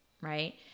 right